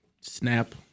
Snap